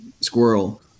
Squirrel